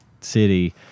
city